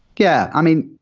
yeah. i mean,